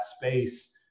space